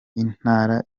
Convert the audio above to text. intara